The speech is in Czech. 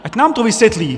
Ať nám to vysvětlí.